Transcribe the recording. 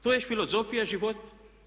To je filozofija života.